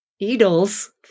needles